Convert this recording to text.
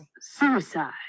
suicide